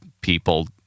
people